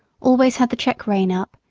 always had the check-rein up,